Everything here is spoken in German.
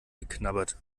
geknabbert